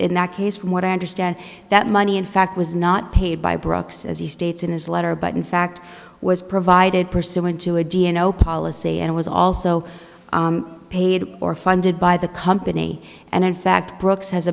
in that case from what i understand that money in fact was not paid by brooks as he states in his letter but in fact was provided pursuant to a dno policy and was also paid or funded by the company and in fact brooks has